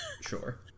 Sure